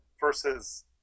versus